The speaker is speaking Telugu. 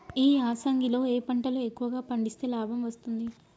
ఈ యాసంగి లో ఏ పంటలు ఎక్కువగా పండిస్తే లాభం వస్తుంది?